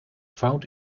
found